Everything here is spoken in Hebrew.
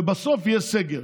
ובסוף יהיה סגר,